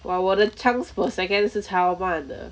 !wah! 我的 chunks per second 是超慢的